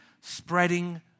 spreading